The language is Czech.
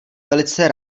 velice